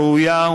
ראויה,